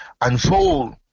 unfold